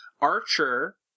Archer